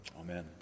Amen